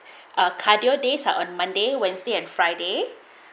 a cardio days are on monday wednesday and friday